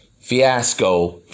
fiasco